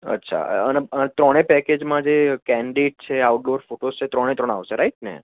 અચ્છા અને ત્રણે પેકેજમાં જે કેનડિડ છે આઉટડોર ફોટોસ છે ત્રણે ત્રણ આવશે રાઇટ ને